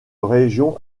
région